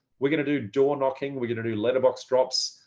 we're going to do door knocking, we're going to do letterbox drops,